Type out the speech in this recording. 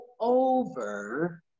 over